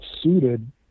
suited